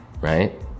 right